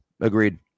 Agreed